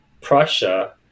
Prussia